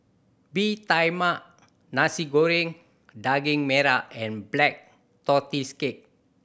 Bee Tai Mak Nasi Goreng Daging Merah and Black Tortoise Cake